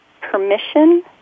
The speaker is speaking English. permission